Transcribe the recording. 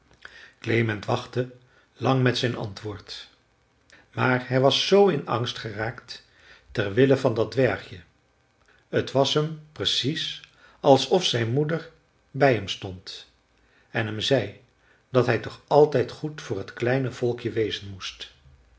klement wachtte lang met zijn antwoord maar hij was z in angst geraakt ter wille van dat dwergje t was hem precies alsof zijn moeder bij hem stond en hem zei dat hij toch altijd goed voor t kleine volkje wezen moest